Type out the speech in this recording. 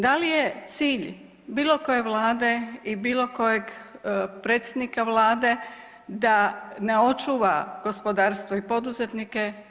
Da li je cilj bilo koje Vlade i bilo kojeg predsjednika Vlade da ne očuva gospodarstvo i poduzetnike?